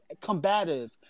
combative